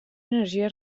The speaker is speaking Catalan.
energia